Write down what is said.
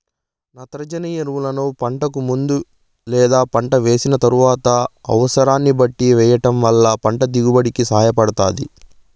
నత్రజని ఎరువులను పంటకు ముందు లేదా పంట వేసిన తరువాత అనసరాన్ని బట్టి వెయ్యటం వల్ల పంట దిగుబడి కి సహాయపడుతాది